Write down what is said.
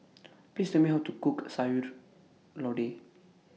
Please Tell Me How to Cook Sayur Lodeh